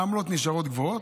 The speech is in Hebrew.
העמלות נשארות גבוהות,